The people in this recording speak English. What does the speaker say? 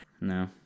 No